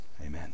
Amen